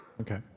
Okay